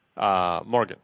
Morgan